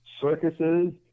circuses